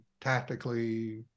tactically